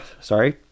Sorry